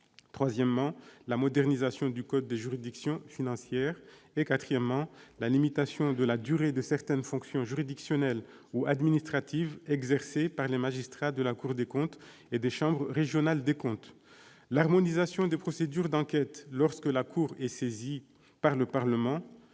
est la modernisation du code des juridictions financières. Enfin, le quatrième est la limitation de la durée de certaines fonctions juridictionnelles ou administratives exercées par les magistrats de la Cour des comptes et des chambres régionales des comptes. Harmonisation des procédures d'enquêtes lorsque la Cour est saisie par le Parlement,